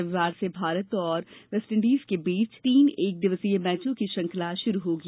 रविवार से भारत और वेस्टइंडीज के बीच तीन एकदिवसीय मैचों की श्रृंखला शुरू होगी